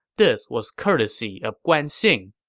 this was courtesy of guan xing.